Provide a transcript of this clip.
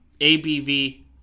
ABV